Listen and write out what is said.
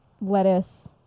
lettuce